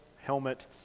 helmet